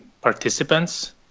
participants